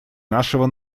нашего